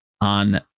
on